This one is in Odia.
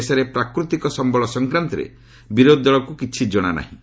ଦେଶର ପ୍ରାକୃତିକ ସମ୍ଭଳ ସଂକ୍ରାନ୍ତରେ ବିରୋଧୀ ଦଳକୁ କିଛି ଜଣାନାହିଁ